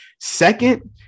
second